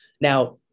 Now